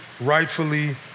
rightfully